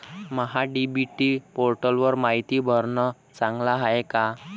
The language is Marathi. महा डी.बी.टी पोर्टलवर मायती भरनं चांगलं हाये का?